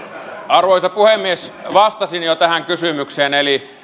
arvoisa puhemies vastasin jo tähän kysymykseen eli